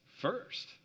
first